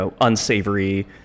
unsavory